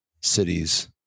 cities